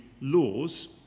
laws